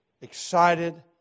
excited